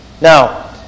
Now